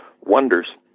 wonders